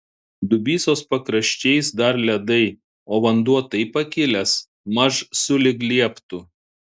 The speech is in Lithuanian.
dubysos pakraščiais dar ledai o vanduo taip pakilęs maž sulig lieptu